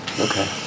Okay